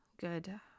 good